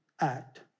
act